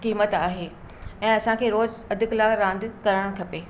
क़ीमत आहे ऐं असांखे रोज़ु अधु कलाकु रांदियूं करणु खपे